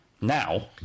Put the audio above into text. Now